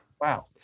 Wow